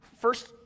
first